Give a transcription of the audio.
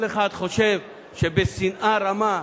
כל אחד חושב שבשנאה רמה,